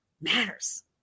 matters